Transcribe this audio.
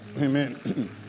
Amen